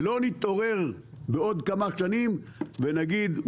שלא נתעורר בעוד כמה שנים ונגיד,